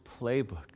playbook